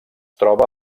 troba